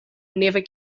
never